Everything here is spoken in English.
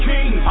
King